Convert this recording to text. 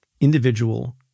individual